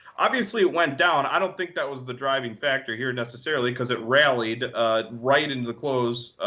obviously, it went down. i don't think that was the driving factor here, necessarily, because it rallied right into the close